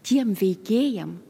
tiem veikėjam